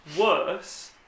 worse